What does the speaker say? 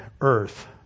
earth